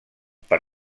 per